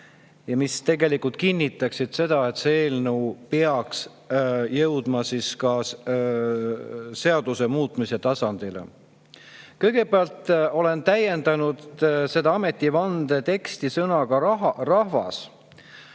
ja mis tegelikult kinnitavad seda, et see eelnõu peaks jõudma ka seaduse muutmise tasandile. Kõigepealt olen täiendanud seda ametivande teksti sõnaga "rahvas".